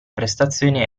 prestazioni